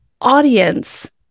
audience